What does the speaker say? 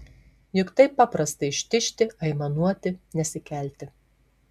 juk taip paprasta ištižti aimanuoti nesikelti